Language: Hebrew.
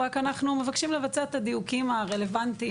רק אנחנו מבקשים לבצע את הדיוקים הרלוונטיים